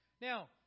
Now